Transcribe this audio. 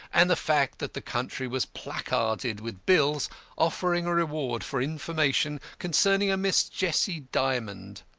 and the fact that the country was placarded with bills offering a reward for information concerning a miss jessie dymond.